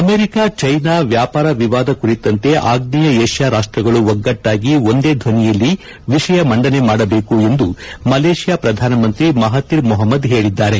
America China ವ್ವಾಪಾರ ವಿವಾದ ಕುರಿತಂತೆ ಆಗ್ನೇಯ ಏಷ್ಯಾ ರಾಷ್ವಗಳು ಒಗ್ಗಟ್ಟಾಗಿ ಒಂದೇ ಧ್ವನಿಯಲ್ಲಿ ವಿಷಯ ಮಂಡನೆ ಮಾಡಬೇಕು ಎಂದು ಮಲೇಷ್ಕಾ ಪ್ರಧಾನಮಂತ್ರಿ ಮಹಾತಿರ್ ಮೊಹಮ್ಮದ್ ಹೇಳಿದ್ದಾರೆ